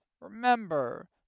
remember